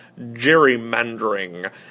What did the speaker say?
gerrymandering